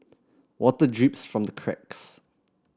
water drips from the cracks